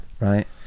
right